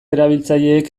erabiltzaileek